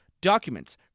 documents